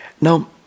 Now